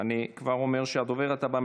אני כבר אומר שהדוברת הבאה,